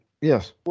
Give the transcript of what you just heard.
Yes